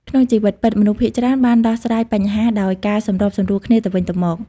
ក្នុងជីវិតពិត មនុស្សភាគច្រើនបានដោះស្រាយបញ្ហាដោយការសម្របសម្រួលគ្នាទៅវិញទៅមក។